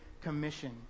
commission